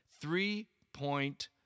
Three-point